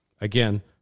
Again